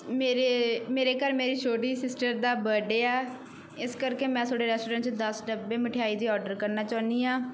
ਮੇਰੇ ਮੇਰੇ ਘਰ ਮੇਰੀ ਛੋਟੀ ਸਿਸਟਰ ਦਾ ਬਰਡੇ ਆ ਇਸ ਕਰਕੇ ਮੈਂ ਤੁਹਾਡੇ ਰੈਸਟੋਰੈਂਟ 'ਚ ਦਸ ਡੱਬੇ ਮਠਿਆਈ ਦੇ ਔਡਰ ਕਰਨਾ ਚਾਹੁੰਦੀ ਹਾਂ